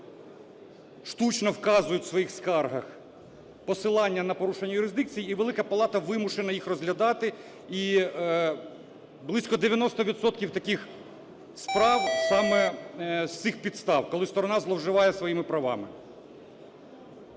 штучно вказують у своїх скаргах посилання на порушення юрисдикції і Велика Палата вимушена їх розглядати, і близько 90 відсотків таких справ саме з цих підстав, коли сторона зловживає своїми правами.